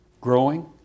growing